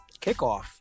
kickoff